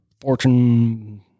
Fortune